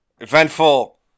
eventful